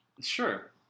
Sure